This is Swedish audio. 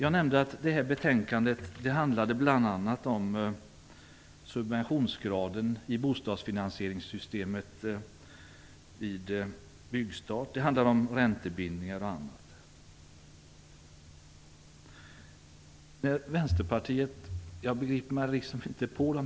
Jag nämnde att det här betänkandet bl.a. handlar om subventionsgraden i bostadsfinansieringssystemet vid byggstart, räntebindningar och annat. Jag begriper mig inte på Vänsterpartiet.